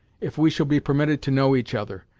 if we shall be permitted to know each other,